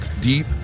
deep